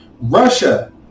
Russia